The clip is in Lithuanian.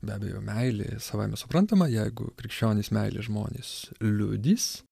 be abejo meilė savaime suprantama jeigu krikščionys meilės žmonės liudys